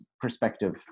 perspective